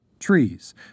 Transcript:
trees